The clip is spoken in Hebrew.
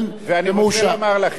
תהיה הצבעה שמית.